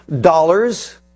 dollars